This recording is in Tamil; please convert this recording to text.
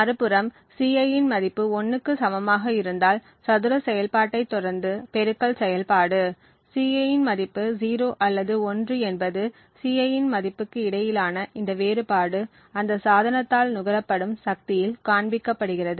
மறுபுறம் Ci இன் மதிப்பு 1 க்கு சமமாக இருந்தால் சதுர செயல்பாட்டைத் தொடர்ந்து பெருக்கல் செயல்பாடு Ci இன் மதிப்பு 0 அல்லது 1 என்பது Ci இன் மதிப்புக்கு இடையிலான இந்த வேறுபாடு அந்த சாதனத்தால் நுகரப்படும் சக்தியில் காண்பிக்கப்படுகிறது